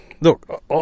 Look